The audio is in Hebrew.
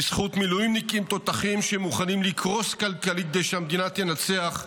בזכות מילואימניקים תותחים שמוכנים לקרוס כלכלית כדי שהמדינה תנצח,